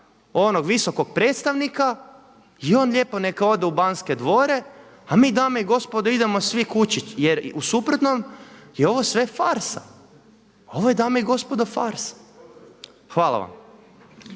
onog visokog predstavnika i on lijepo neka ode u Banske dvore a mi dame i gospodo idemo svi kući jer u suprotnom je ovo sve farsa. Ovo je dame i gospodo farsa. Hvala vam.